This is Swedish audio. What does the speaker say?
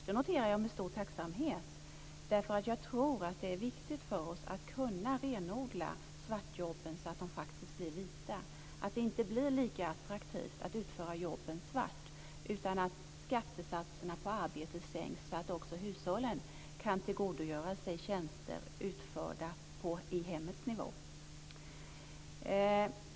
Det noterar jag med stor tacksamhet, för jag tror att det är viktigt att kunna renodla svartjobben så att de faktiskt blir vita, att det inte blir lika attraktivt att utföra jobben svart. Därför bör skattesatserna på arbete sänkas så att också hushållen kan tillgodogöra sig tjänster utförda i hemmen.